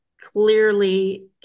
clearly